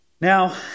Now